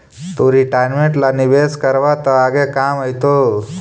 तु रिटायरमेंट ला निवेश करबअ त आगे काम आएतो